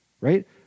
right